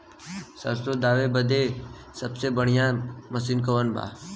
सरसों दावे बदे सबसे बढ़ियां मसिन कवन बा?